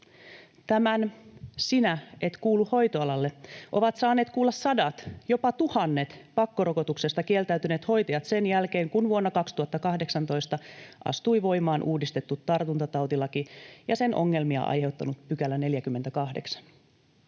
Tämän ”sinä et kuulu hoitoalalle” ovat saaneet kuulla sadat, jopa tuhannet pakkorokotuksesta kieltäytyneet hoitajat sen jälkeen, kun vuonna 2018 astui voimaan uudistettu tartuntatautilaki ja sen ongelmia aiheuttanut 48